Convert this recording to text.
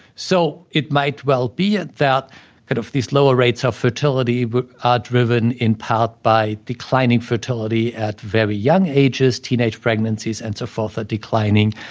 so, it might well be that that kind of these lower rates of fertility but are driven in part by declining fertility at very young ages teenage pregnancies and so forth are declining.